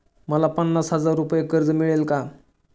मला पन्नास हजार रुपये कर्ज मिळेल का?